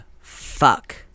fuck